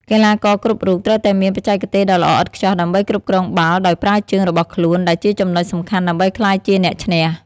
កីឡាករគ្រប់រូបត្រូវតែមានបច្ចេកទេសដ៏ល្អឥតខ្ចោះដើម្បីគ្រប់គ្រងបាល់ដោយប្រើជើងរបស់ខ្លួនដែលជាចំណុចសំខាន់ដើម្បីក្លាយជាអ្នកឈ្នះ។